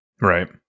right